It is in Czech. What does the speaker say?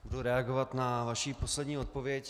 Budu reagovat na vaši poslední odpověď.